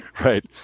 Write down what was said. Right